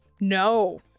No